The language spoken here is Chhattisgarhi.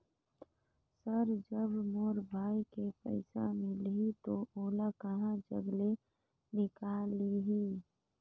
सर जब मोर भाई के पइसा मिलही तो ओला कहा जग ले निकालिही?